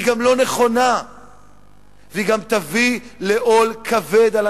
היא גם לא נכונה והיא גם תביא לעול כבד על